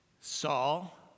Saul